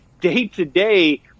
day-to-day